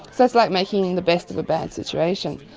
so it's like making the best of a bad situation.